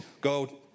go